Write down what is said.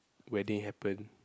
wedding happen